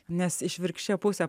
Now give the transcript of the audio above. nes išvirkščia pusė